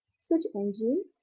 search engine,